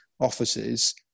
offices